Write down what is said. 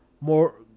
more